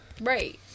Right